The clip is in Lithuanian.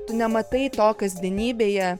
tu nematai to kasdienybėje